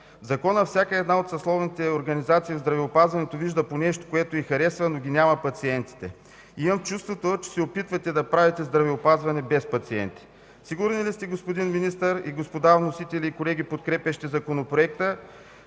Закона всяка една от съсловните организации в здравеопазването вижда по нещо, което й харесва, но ги няма пациентите. Имам чувството, че се опитвате да правите здравеопазване без пациенти. Сигурни ли сте, господин Министър и господа вносители, и колеги, подкрепящи Законопроекта,